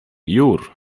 jur